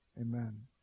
Amen